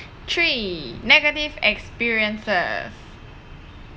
three negative experiences